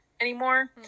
anymore